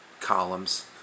columns